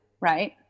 right